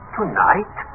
Tonight